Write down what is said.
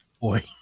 Boy